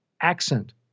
accent